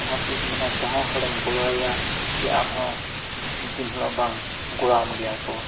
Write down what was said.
ᱚᱱᱟᱛᱤᱧ ᱢᱮᱱᱟ ᱡᱟᱦᱟᱸᱭ ᱦᱚᱲᱮᱢ ᱜᱚᱲᱚᱣᱟᱭᱟ ᱟᱢᱦᱚᱸ ᱢᱤᱫ ᱫᱤᱱ ᱦᱤᱞᱳᱜ ᱵᱟᱝ ᱜᱚᱲᱚᱣᱟᱢ ᱜᱮᱭᱟ ᱠᱚ